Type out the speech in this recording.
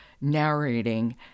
narrating